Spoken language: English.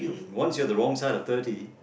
once you are the wrong side of thirty